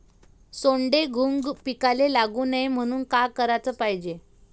सोंडे, घुंग पिकाले लागू नये म्हनून का कराच पायजे?